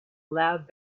loud